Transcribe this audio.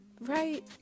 right